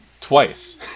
twice